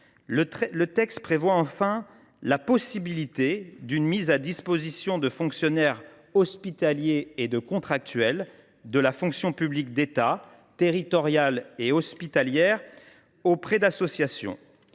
Le texte prévoit enfin la possibilité d’une mise à disposition de fonctionnaires hospitaliers et de contractuels de la fonction publique d’État, territoriale et hospitalière auprès d’associations.